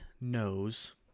knows